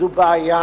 זו בעיה